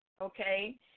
Okay